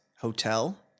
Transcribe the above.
hotel